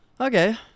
Okay